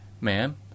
Ma'am